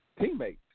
teammates